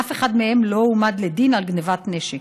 אף אחד מהם לא הועמד לדין על גנבת נשק,